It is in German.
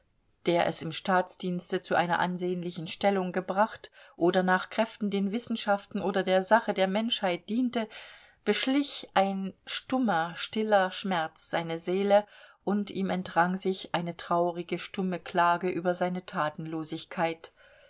der es im staatsdienste zu einer ansehnlichen stellung gebracht hatte oder nach kräften den wissenschaften oder der sache der menschheit diente beschlich ein stummer stiller schmerz seine seele und ihm entrang sich eine traurige stumme klage über seine tatenlosigkeit